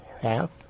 half